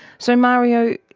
so mario,